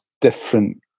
different